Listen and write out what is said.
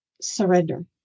surrender